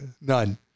None